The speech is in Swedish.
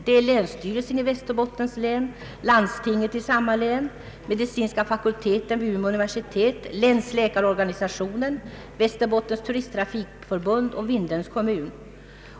Det är länsstyrelsen i Västerbottens län, landstinget i samma län, medicinska fakulteten vid Umeå universitet, länsläkarorganisationen, Västerbottens turisttrafikförbund och Vindelns kommun.